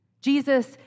Jesus